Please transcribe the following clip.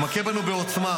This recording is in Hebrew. הוא מכה בנו בעוצמה.